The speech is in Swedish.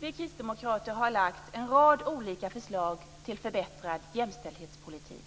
Vi kristdemokrater har lagt fram en rad olika förslag till förbättrad jämställdhetspolitik.